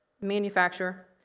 manufacturer